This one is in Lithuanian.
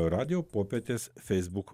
radijo popietės feisbuk